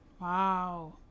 wow